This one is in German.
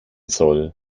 soll